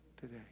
today